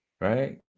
right